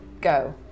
go